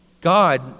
God